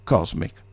Cosmic